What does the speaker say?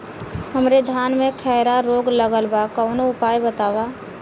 हमरे धान में खैरा रोग लगल बा कवनो उपाय बतावा?